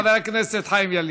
חבר הכנסת חיים ילין.